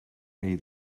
rei